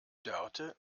dörte